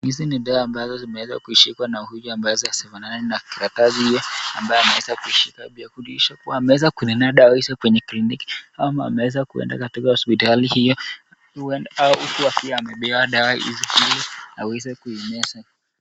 Hizi ni dawa ambazo zimeweza kushikwa na huyu ambaye hazifanani na karatasi hiyo ambaye ameweza kushika, ameweaza kununua hizo dawa kwenye kliniki ama ameweza kuenda katika hospitali hiyo huku akiwa amepewa hizi dawa ili aweze kuimeza.